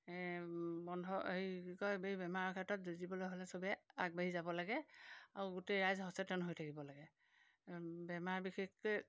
বন্ধ এই কি কয় এই বেমাৰৰ ক্ষেত্ৰত যুঁজিবলৈ হ'লে চবেই আগবাঢ়ি যাব লাগে আৰু গোটেই ৰাইজ সচেতন হৈ থাকিব লাগে বেমাৰ বিশেষকৈ